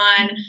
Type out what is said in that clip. on